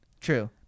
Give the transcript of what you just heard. True